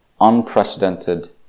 unprecedented